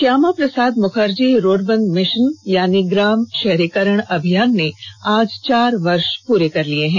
Shyama Prasad Mukherjee rurban mission यानी ग्राम शहरीकरण अभियान ने आज चार वर्ष प्रे कर लिये हैं